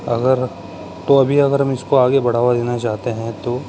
اگر تو ابھی اگر ہم اس کو آگے بڑھاوا دینا چاہتے ہیں تو